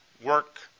work